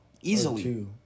Easily